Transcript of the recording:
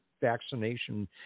vaccination